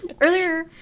Earlier